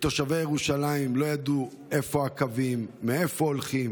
תושבי ירושלים לא ידעו איפה הקווים, מאיפה הולכים.